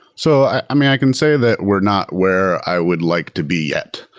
so i i mean, i can say that we're not where i would like to be yet.